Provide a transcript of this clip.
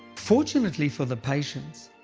fortunately for the patients,